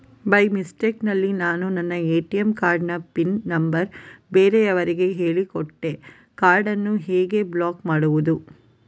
By mistake ನಲ್ಲಿ ನಾನು ನನ್ನ ಎ.ಟಿ.ಎಂ ಕಾರ್ಡ್ ನ ಪಿನ್ ನಂಬರ್ ಬೇರೆಯವರಿಗೆ ಹೇಳಿಕೊಟ್ಟೆ ಕಾರ್ಡನ್ನು ಈಗ ಹೇಗೆ ಬ್ಲಾಕ್ ಮಾಡುವುದು?